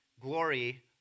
glory